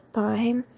time